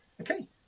okay